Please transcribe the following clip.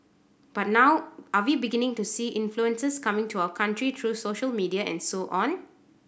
but now are we beginning to see influences coming to our country through social media and so on